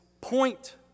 point